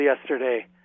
yesterday